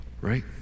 Right